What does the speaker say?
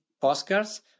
postcards